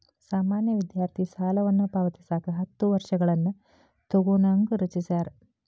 ಸಾಮಾನ್ಯ ವಿದ್ಯಾರ್ಥಿ ಸಾಲವನ್ನ ಪಾವತಿಸಕ ಹತ್ತ ವರ್ಷಗಳನ್ನ ತೊಗೋಣಂಗ ರಚಿಸ್ಯಾರ